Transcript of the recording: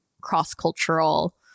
cross-cultural